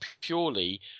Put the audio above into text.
purely